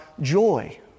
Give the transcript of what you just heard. joy